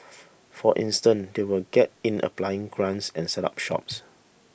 for instance they will get in applying grants and set up shops